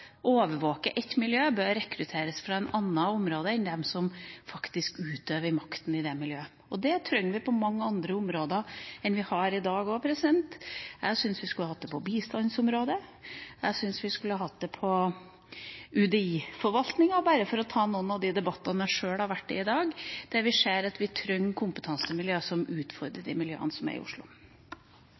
overvåke et miljø, bør rekrutteres fra et annet område enn de som faktisk utøver makta i det miljøet. Det trenger vi også på mange andre områder enn vi har i dag. Jeg syns vi skulle hatt det på bistandsområdet, og jeg syns vi skulle hatt det i UDI-forvaltninga – bare for å ta noen av de debattene jeg sjøl har vært i i dag, der vi ser at vi trenger kompetansemiljøer som utfordrer de miljøene som er i Oslo.